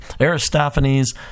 Aristophanes